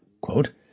quote